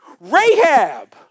Rahab